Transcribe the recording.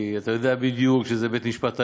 כי אתה יודע בדיוק שזה בית-המשפט העליון,